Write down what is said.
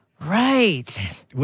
Right